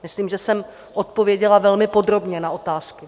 Myslím, že jsem odpověděla velmi podrobně na otázky.